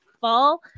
fall